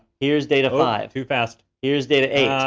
here's data five. too fast. here's data eight.